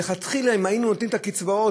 מלכתחילה אם היינו נותנים את הקצבאות